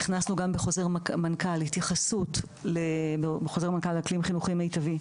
הכנסנו גם בחוזר מנכ"ל התייחסות לאקלים חינוכי מיטבי,